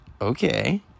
okay